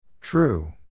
True